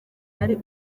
ari